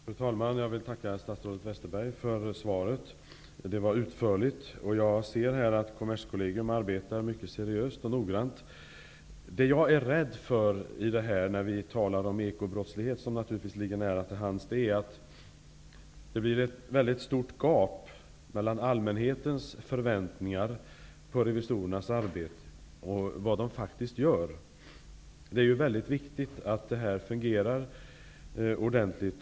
Fru talman! Jag tackar statsrådet Westerberg för det utförliga svaret. Jag ser här att Kommerskollegium arbetar mycket seriöst och noggrant. Det som jag är rädd för i detta sammanhang, när vi talar om ekobrottsligheten, som naturligtvis ligger nära till hands, är att det blir ett väldigt stort gap mellan allmänhetens förväntningar på revisorernas arbete och vad de faktiskt gör. Det är väldigt viktigt att detta fungerar ordentligt.